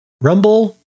Rumble